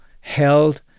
held